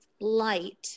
light